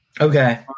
Okay